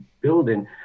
building